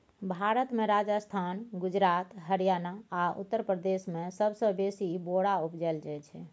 भारत मे राजस्थान, गुजरात, हरियाणा आ उत्तर प्रदेश मे सबसँ बेसी बोरा उपजाएल जाइ छै